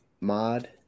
mod